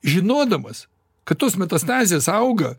žinodamas kad tos metastazės auga